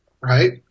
Right